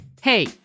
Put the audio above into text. Hey